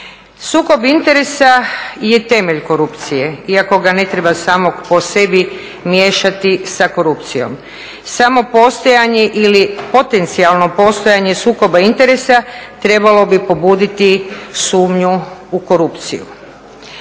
Sukob interesa je temelj korupcije iako ga ne treba samo po sebi miješati sa korupcijom. Samopostojanje ili potencijalno postojanje sukoba interesa trebalo bi pobuditi sumnju u korupciju.